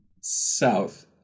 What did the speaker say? South